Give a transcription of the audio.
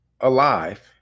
alive